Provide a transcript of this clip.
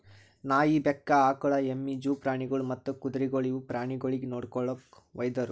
ನಾಯಿ, ಬೆಕ್ಕ, ಆಕುಳ, ಎಮ್ಮಿ, ಜೂ ಪ್ರಾಣಿಗೊಳ್ ಮತ್ತ್ ಕುದುರೆಗೊಳ್ ಇವು ಪ್ರಾಣಿಗೊಳಿಗ್ ನೊಡ್ಕೊಳೋ ವೈದ್ಯರು